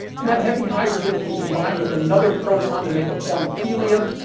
and that heavy hydrogen can combine with another proton to make a form of helium.